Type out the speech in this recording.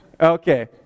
Okay